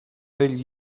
byli